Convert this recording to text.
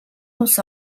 улс